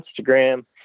Instagram